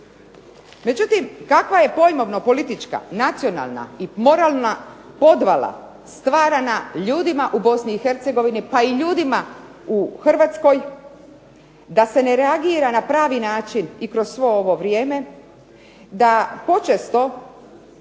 Međutim, kakva je pojmovno politička, nacionalna i moralna podvala stvarana ljudima u Bosni i Hercegovini pa i ljudima u Hrvatskoj, da se ne reagira na pravi način i kroz sve ovo vrijeme, da počesto